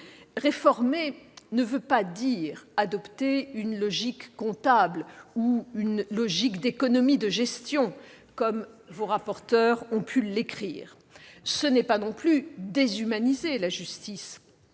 Réformer ne veut pas dire adopter une logique comptable ou une logique « d'économie de gestion », comme vos rapporteurs ont pu l'écrire. Ce n'est pas non plus déshumaniser la justice,